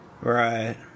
right